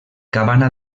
cabana